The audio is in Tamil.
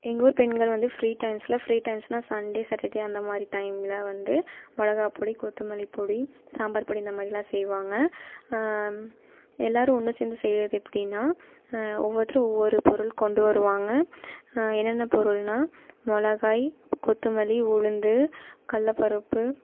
எங்கள் ஊர் பெண்கள் வந்து ஃப்ரீ டைம்ஸில் ஃப்ரீ டைம்ஸ்னால் சண்டே சாட்டர்டே அந்த மாதிரி டைமில் வந்து மிளகா பொடி கொத்தமல்லி பொடி சாம்பார் பொடி இந்த மாதிரிலாம் செய்வாங்க எல்லாேரும் ஒன்று சேர்ந்து செய்வது எப்படின்னா ஒவ்வொருத்தரும் ஒவ்வொரு பொருள் கொண்டு வருவாங்க என்னென்ன பொருள்னால் மிளகாய் கொத்தமல்லி உளுந்து கடல பருப்பு